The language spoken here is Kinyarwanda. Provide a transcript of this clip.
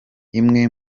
imwe